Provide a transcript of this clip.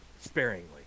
sparingly